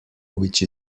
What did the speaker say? which